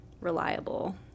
reliable